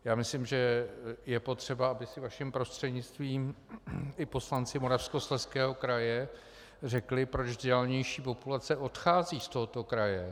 Já myslím, že je potřeba, aby si vaším prostřednictvím i poslanci Moravskoslezského kraje řekli, proč vzdělanější populace odchází z tohoto kraje.